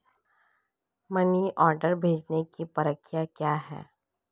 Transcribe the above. Money order भेजने की प्रक्रिया क्या है?